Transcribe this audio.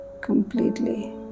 completely